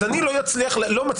אז אני לא מצליח,